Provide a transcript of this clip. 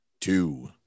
two